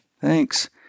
thanks